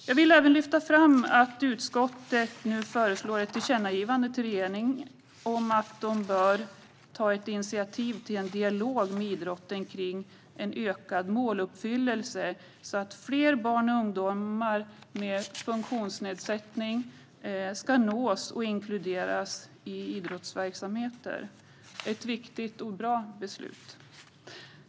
Jag vill även lyfta fram att utskottet nu föreslår ett tillkännagivande till regeringen om att man bör ta initiativ till en dialog med idrotten om en ökad måluppfyllelse, så att fler barn och ungdomar med funktionsnedsättning ska nås och inkluderas i idrottsverksamheter. Det är ett viktigt och bra beslut.